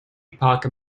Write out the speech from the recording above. epoch